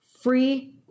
free